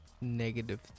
Negative